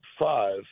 five